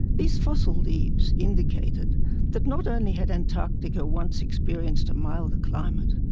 these fossil leaves indicated that not only had antarctica once experienced a milder climate,